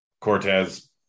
Cortez